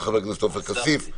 חבר הכנסת אלכס קושניר.